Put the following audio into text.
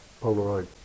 Polaroid